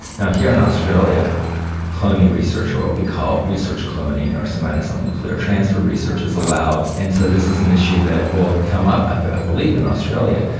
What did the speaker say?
now here in australia cloning research or what we call research cloning or somatic cell nuclear transfer research is allowed, and so this is an issue that will come up, i but i believe in australia.